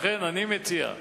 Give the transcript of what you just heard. לכן אני מציע,